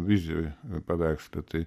vizijoj paveiksle tai